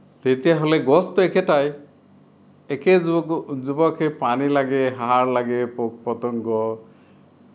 তেতিয়াহ'লে গছটো একেটাই একেজোপাকে পানী লাগে সাৰ লাগে পোক পতংগ